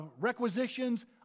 requisitions